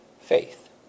faith